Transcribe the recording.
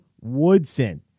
Woodson